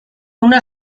una